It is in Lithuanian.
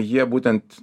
jie būtent